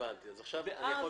מאיפה